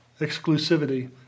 exclusivity